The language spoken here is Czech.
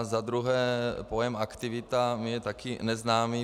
Za druhé, pojem aktivita mi je také neznámý.